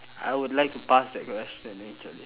I would like to pass that question actually